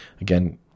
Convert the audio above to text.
again